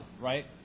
right